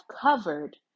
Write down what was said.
covered